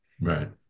Right